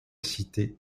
cité